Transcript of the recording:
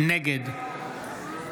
נגד